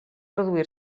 reduir